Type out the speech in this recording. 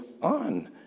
on